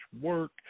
work